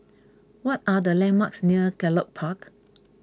what are the landmarks near Gallop Park